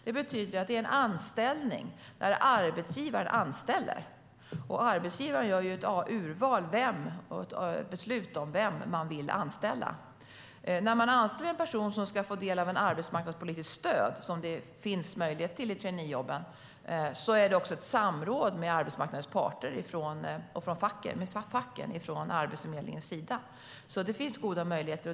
Det betyder att det är en anställning där arbetsgivare anställer. Arbetsgivarna gör ett urval och beslutar vem de vill anställa. När man anställer en person som ska få del av ett arbetsmarknadspolitiskt stöd, som det finns möjlighet till i traineejobben, har Arbetsförmedlingen ett samråd med arbetsmarknadens parter och med facken. Det finns alltså goda möjligheter.